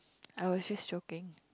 I will just joking